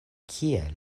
kiel